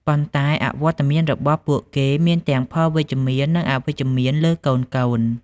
ប៉ុន្តែអវត្តមានរបស់ពួកគេមានទាំងផលវិជ្ជមាន និងអវិជ្ជមានលើកូនៗ។